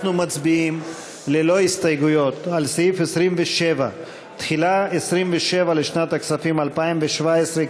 אנחנו מצביעים ללא הסתייגויות על סעיף 27. תחילה 27 לשנת הכספים 2017,